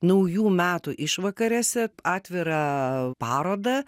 naujų metų išvakarėse atvirą parodą